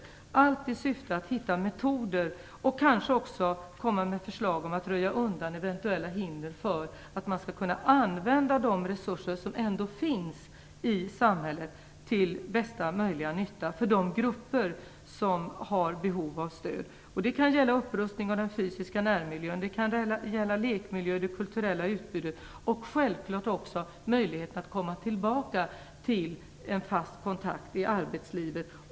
Allt detta skall ske i syfte att hitta metoder och kanske också komma med förslag om att röja undan eventuella hinder för att kunna använda de resurser som ändå finns i samhället till bästa möjliga nytta för de grupper som har behov av stöd. Det kan gälla upprustning av den fysiska närmiljön. Det kan gälla lekmiljön eller det kulturella utbudet. Självklart kan det också gälla möjligheten att komma tillbaka till en fast kontakt i arbetslivet.